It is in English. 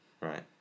Right